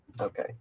Okay